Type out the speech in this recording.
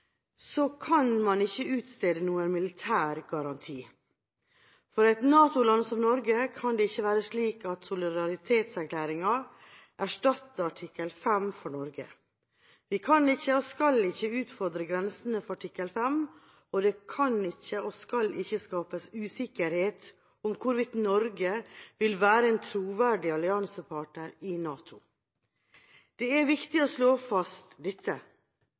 kan man ikke utstede noen militær garanti. For et NATO-land som Norge kan det ikke være slik at solidaritetserklæringen erstatter artikkel 5. Vi kan ikke og skal ikke utfordre grensene for artikkel 5. Og det kan ikke og skal ikke skapes usikkerhet om hvorvidt Norge vil være en troverdig alliansepartner i NATO. Det er viktig å slå fast dette.